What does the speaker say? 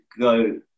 go